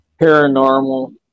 paranormal